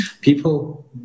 people